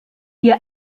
ihr